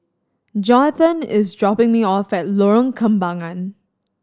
Johathan is dropping me off at Lorong Kembagan